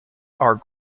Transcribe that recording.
are